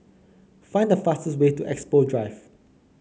find the fastest way to Expo Drive